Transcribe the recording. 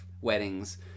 weddings